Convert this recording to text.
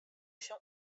się